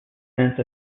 sense